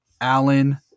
Allen